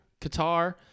Qatar